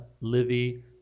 Livy